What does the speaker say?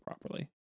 properly